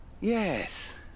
Yes